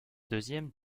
deuxième